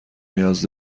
نیاز